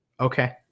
Okay